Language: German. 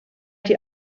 die